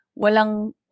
walang